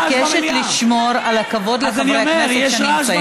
אני מבקשת לשמור על הכבוד של חברי הכנסת הנמצאים כאן.